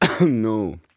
No